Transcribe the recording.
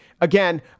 Again